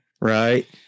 Right